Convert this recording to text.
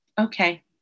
okay